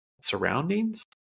surroundings